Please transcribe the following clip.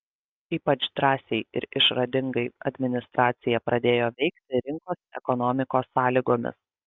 ypač drąsiai ir išradingai administracija pradėjo veikti rinkos ekonomikos sąlygomis